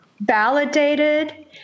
validated